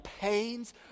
pains